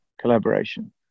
collaboration